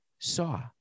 Saw